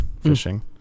fishing